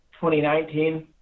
2019